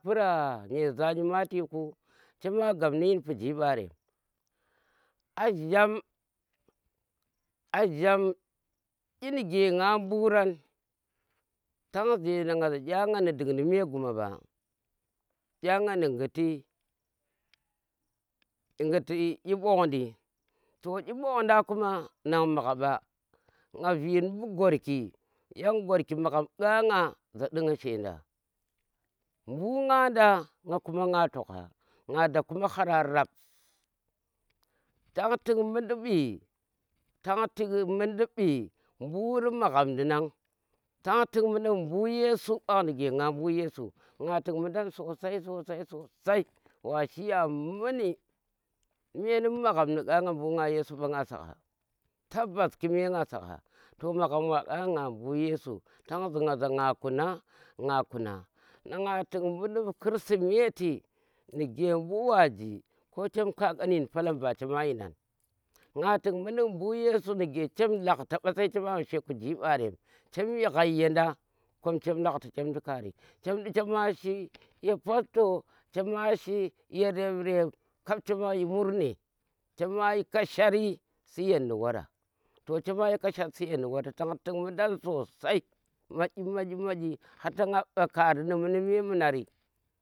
Gappura nyeza nyimalbi ku chama gab ni yin pijiri mɓarem a njam ajma nyi nige nga mbuu ran tang zenda za dya nga ni ding di me guma mba, dya nga ni nguti nu nguti ƙi ɓongdi, to ƙi ɓongda kuma nan magha ɓa nna vi ni ɓu gwarki, yang gwarki magham ƙa nga za ɗi nga she nda, mbuu nga da, nga kuma nga tlogha, nga da kuma hara rab tang tik mundi ɓi. tan tik mundi bi mburii magham di na, tang mundi ɓi mbu yesu ɓan nike nga mbu yesu nga tuk mundan sosai sosai sosai wa shi ya muni me ni mɓu maghan ni ɓa nna mbuu nga yesu ɓa nna sagha babbas kime nge sagha toh magham wa ƙa nna, nna mɓu yesu bang zi nna kuna, nna kuna. Nna ko tik mmindi mɓu kirsimeti nige mɓu wa ji koh cham ka khan yin palam ba chama yinang. Nga tik mundi mɓu bu yesu nige cham lakba ɓa sai chama mba she kuji mɓarem cham yi ghai yenda kom cham lakhta chaam ɗi kari chaam ɗi chema shi ya pastor, chama shi ye reveren kap chama yi murne chama shi kashari siyan ni wara to chema shi kashar suyen nu wara tang tik mudan sosai maƙi maƙi maki har ta nga mba kari ni mundi memunari.